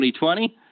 2020